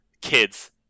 kids